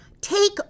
Take